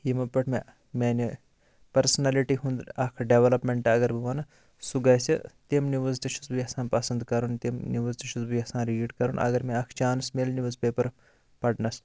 یِمن پیٹھ مےٚ میانہِ پٔرسنیلٹی ہُنٛد اکھ ڈیوَلَپمنٹ اگر بہٕ وَنہٕ سُہ گَژھِ تِم نِوٕز تہِ چھُس بہٕ یَژھان پَسَنٛد کَرُن تِم نِوٕز تہِ چھُس بہٕ یَژھان ریٖڈ کَرُن اگر مےٚ اکھ چانس مِلہِ نِوٕز پیپر پَرنَس